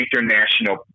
international